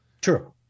True